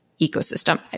ecosystem